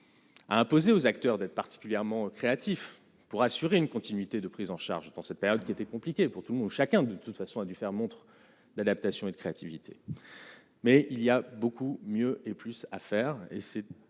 à imposer aux acteurs d'être particulièrement créatif pour assurer une continuité de prise en charge dans cette période qui était compliqué pour tout le monde, chacun, de toute façon, a dû faire montre d'adaptation et de créativité, mais il y a beaucoup mieux et plus à faire et c'est